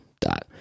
dot